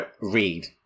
read